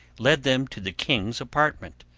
led them to the king's apartment,